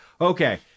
Okay